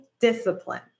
discipline